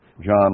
John